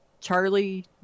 Charlie